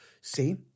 See